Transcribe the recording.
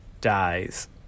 dies